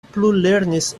plulernis